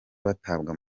batabwa